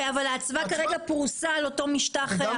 אבל האצווה כרגע פרוסה על אותו משטח.